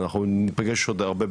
אנחנו ניפגש עוד הרבה,